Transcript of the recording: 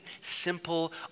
simple